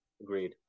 Agreed